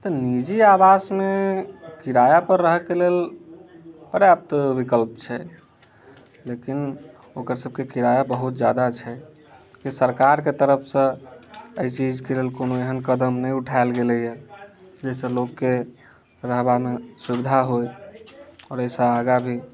तऽ निजी आवासमे किराया पर रहैके लेल पर्याप्त विकल्प छै लेकिन ओकर सभके किराया बहुत जादा छै सरकारके तरफ से एहि चीजके लेल कोनो एहन कदम नहि उठाओल गेलै है जे से लोकके रहबामे सुविधा होइ आओर एहि से आगाँ भी